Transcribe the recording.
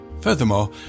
Furthermore